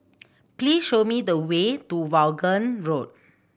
please show me the way to Vaughan Road